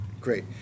great